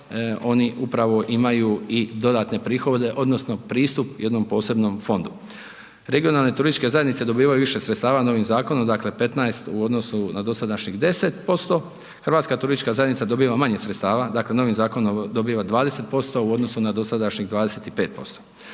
oni upravo imaju i dodatne prihode odnosno pristup jednom posebnom fondu. Regionalne turističke zajednice dobivaju više sredstava novim zakonom, dakle 15% u odnosu na dosadašnjih 10%. Hrvatska turistička zajednica dobiva manje sredstava, dakle novim zakonom dobiva 20% u odnosnu na dosadašnjih 25%.